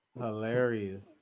Hilarious